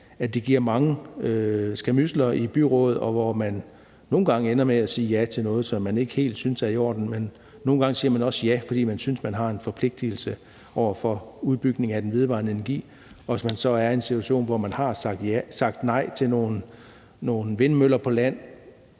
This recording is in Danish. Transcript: som giver mange skærmydsler i byrådet, og hvor man nogle gange ender med at sige ja til noget, som man ikke synes er helt i orden, og nogle gange siger man også ja, fordi man synes, at man har en forpligtelse over for udbygningen af den vedvarende energi. Hvis man så er i en situation, hvor man har sagt nej til nogle vindmøller på land,